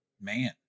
Man